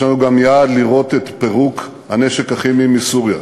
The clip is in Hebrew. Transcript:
יש לנו גם יעד לראות את פירוק הנשק הכימי בסוריה.